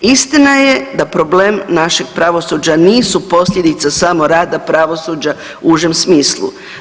Istina je da problem našeg pravosuđa nisu posljedica samo rada pravosuđa u užem smislu.